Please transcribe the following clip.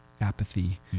apathy